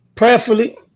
Prayerfully